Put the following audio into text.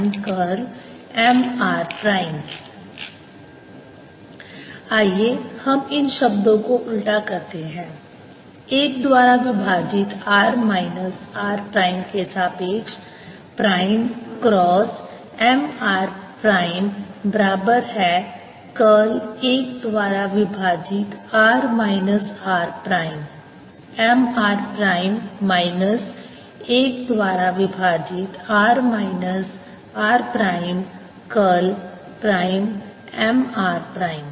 Ar04πMr×r rr r3dV04πMr×1r rdV fAf×Af A 1r rMr1r rMr1r r×Mr आइए हम इन शब्दों को उल्टा करते हैं 1 द्वारा विभाजित r माइनस r प्राइम के सापेक्ष prime cross M r prime बराबर है कर्ल 1 द्वारा विभाजित r minus r prime M r prime minus 1 द्वारा विभाजित r minus r prime curl prime M r prime